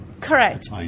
Correct